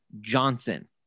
Johnson